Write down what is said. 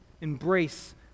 embrace